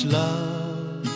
love